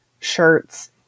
shirts